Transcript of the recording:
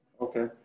Okay